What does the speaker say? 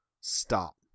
stop